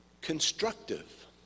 constructive